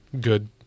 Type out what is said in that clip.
good